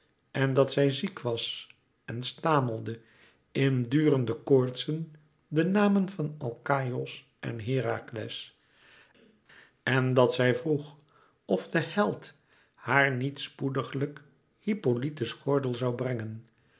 en dat zij ziek was en stamelde in durende koortsen de namen van alkaïos en herakles en dat zij vroeg of de held haar niet spoediglijk hippolyte's gordel zoû brengen